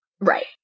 Right